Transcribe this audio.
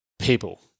People